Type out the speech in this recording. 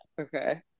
Okay